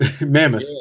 mammoth